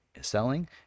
selling